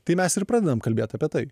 tai mes ir pradedam kalbėt apie tai